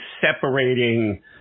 separating